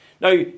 Now